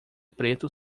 preto